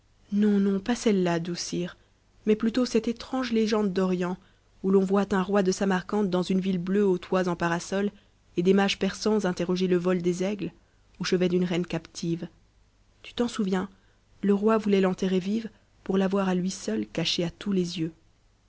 non non pm ceue là uoux sire mais plutôt cette étrange légende d'orient où l'on voit un roi de samarcande dans une ville bleue aux toits en parasol et des mages persans interroger le vol des aigles au chevet d'une reine captive tu t'en souviens le roi voulait l'enterrer vive pour l'avoir à lui seul cachée à tous tes yeux